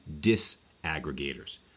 disaggregators